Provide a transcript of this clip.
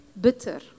bitter